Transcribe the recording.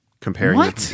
comparing